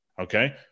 Okay